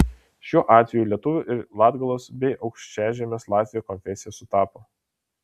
šiuo atveju lietuvių ir latgalos bei aukšžemės latvių konfesija sutapo